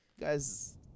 guys